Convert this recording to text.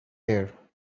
here